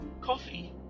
coffee